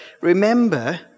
remember